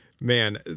Man